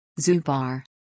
Zubar